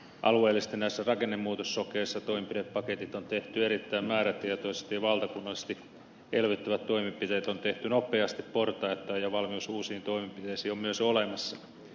alueellisesti näissä rakennemuutossokeissa toimenpidepaketit on tehty erittäin määrätietoisesti ja valtakunnallisesti elvyttävät toimenpiteet on tehty nopeasti portaittain ja valmius uusiin toimenpiteisiin on myös olemassa